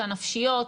הנפשיות,